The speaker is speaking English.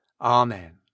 Amen